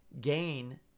gain